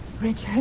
Richard